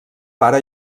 pare